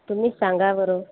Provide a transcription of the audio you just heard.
तुम्हीच सांगा बरं